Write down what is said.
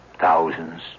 thousands